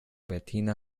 bettina